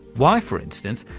why, for instance,